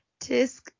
Tisk